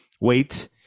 Wait